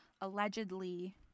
allegedly